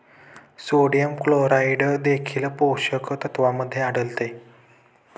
sodium chloride देखील पोषक तत्वांमध्ये आढळते